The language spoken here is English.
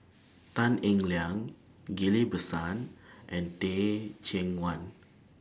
Tan Eng Liang Ghillie BaSan and Teh Cheang Wan